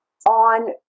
On